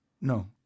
no